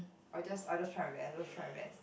or it just I just try my best I just try my best